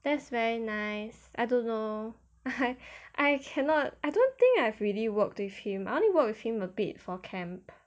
that's very nice I don't know I I cannot I don't think I've really worked with him I only work with him a bit for camp